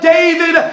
David